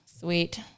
Sweet